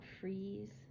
freeze